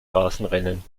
straßenrennen